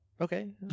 Okay